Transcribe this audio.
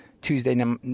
Tuesday